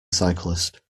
cyclist